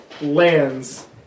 lands